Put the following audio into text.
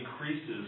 increases